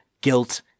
guilt